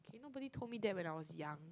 nobody told me that when I was young